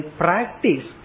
practice